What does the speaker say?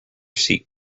seat